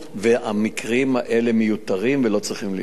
המקרים האלה מיותרים ולא צריכים להיות.